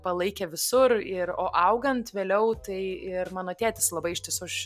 palaikė visur ir o augant vėliau tai ir mano tėtis labai iš tiesų aš